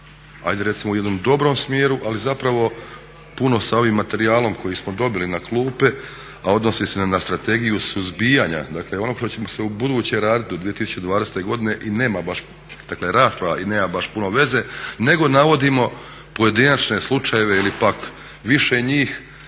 hajde recimo u jednom dobrom smjeru, ali zapravo puno sa ovim materijalom koji smo dobili na klupe, a odnosi se na strategiju suzbijanja, dakle onog što ćemo u buduće raditi do 2020. godine i nema baš, dakle rasprava i nema baš puno veze nego navodimo pojedinačne slučajeve ili pak više njih